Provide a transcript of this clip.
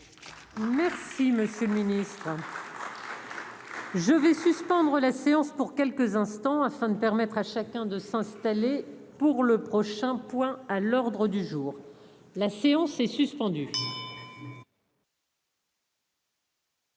Merci monsieur le ministre. Je vais suspendre la séance pour quelques instants afin de permettre à chacun de s'installer pour le prochain point à l'ordre du jour, la séance est suspendue.